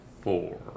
four